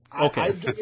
Okay